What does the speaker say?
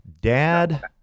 Dad